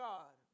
God